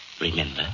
remember